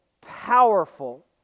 powerful